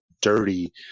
dirty